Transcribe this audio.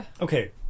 okay